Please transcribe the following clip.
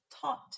taught